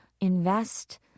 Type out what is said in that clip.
invest